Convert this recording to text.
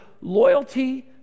loyalty